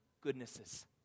goodnesses